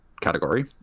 category